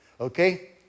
Okay